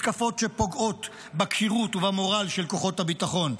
מתקפות שפוגעות בכשירות ובמורל של כוחות הביטחון.